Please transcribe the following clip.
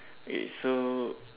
K so